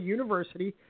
University